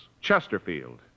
Chesterfield